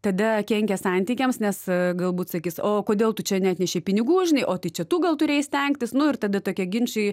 tada kenkia santykiams nes galbūt sakys o kodėl tu čia neatnešei pinigų žinai o tai čia tu gal turėjai stengtis nu ir tada tokie ginčai